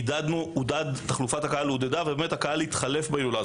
היה עידוד של תחלופת הקהל ובאמת הקהל התחלף בהילולה,